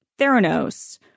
Theranos